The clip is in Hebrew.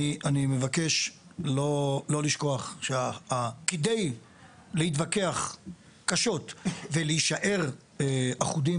אני מבקש לא לשכוח שכדי להתווכח קשות ולהישאר אחודים,